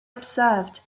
observed